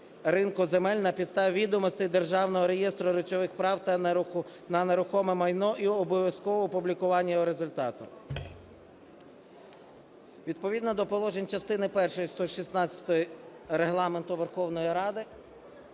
ринку земель на підставі відомостей Державного реєстру речових прав на нерухоме майно і обов'язково опублікування його результату. Відповідно до положень частини першої 116-ї Регламенту Верховної Ради